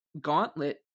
gauntlet